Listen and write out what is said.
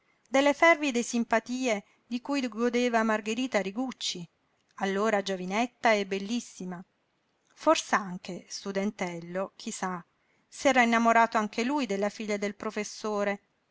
delle fervide simpatie di cui godeva margherita rigucci allora giovinetta e bellissima fors'anche studentello chi sa s'era innamorato anche lui della figlia del professore